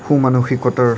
সু মানসিকতাৰ